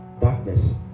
darkness